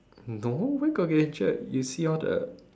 no where got get injured you see all the